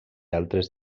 altres